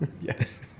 Yes